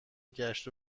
گشت